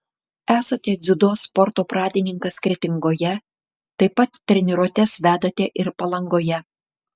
esate dziudo sporto pradininkas kretingoje taip pat treniruotes vedate ir palangoje